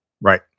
Right